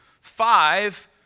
five